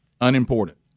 unimportant